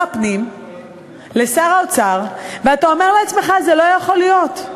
הפנים לשר האוצר ואתה אומר לעצמך: זה לא יכול להיות,